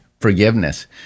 forgiveness